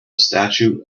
statue